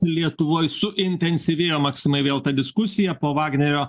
lietuvoj suintensyvėjo maksimai vėl ta diskusija po vagnerio